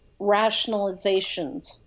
rationalizations